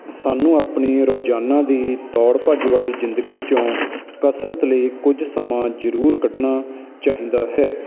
ਸਾਨੂੰ ਆਪਣੀ ਰੋਜ਼ਾਨਾ ਦੀ ਦੌੜ ਭੱਜ ਵਾਲੀ ਜ਼ਿੰਦਗੀ 'ਚੋਂ ਕਸਰਤ ਲਈ ਕੁਝ ਸਮਾਂ ਜ਼ਰੂਰ ਕੱਢਣਾ ਚਾਹੀਦਾ ਹੈ